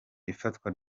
ifatwa